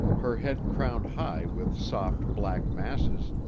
her head crowned high with soft, black masses,